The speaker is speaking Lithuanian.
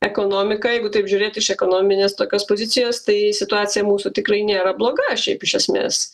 ekonomika jeigu taip žiūrėti iš ekonominės tokios pozicijos tai situacija mūsų tikrai nėra bloga šiaip iš esmės